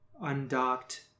undocked